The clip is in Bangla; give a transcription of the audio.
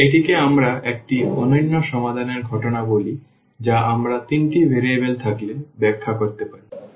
এবং এটিকে আমরা একটি অনন্য সমাধানের ঘটনা বলি যা আমরা তিনটি ভেরিয়েবল থাকলে ব্যাখ্যা করতে পারি